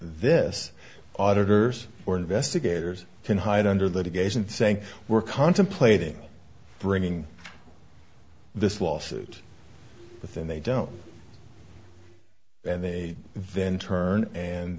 this auditors or investigators can hide under that again saying we're contemplating bringing this lawsuit but then they don't and they then turn and